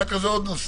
ואחר כך זה עוד נושא.